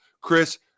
Chris